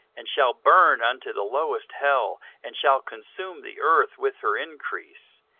and shall burn unto the lowest hell, and shall consume the earth with her increase,